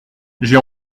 j’ai